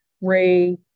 Ray